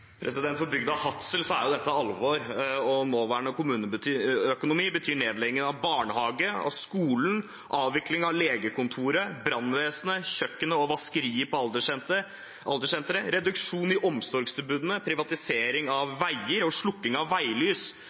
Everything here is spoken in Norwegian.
For bygda Hadsel er dette alvor. Nåværende kommuneøkonomi betyr nedlegging av barnehage og skole, avvikling av legekontoret, brannvesenet, kjøkkenet og vaskeriet på alderssenteret, reduksjon i omsorgstilbudene, privatisering av veier og slukking av veilys.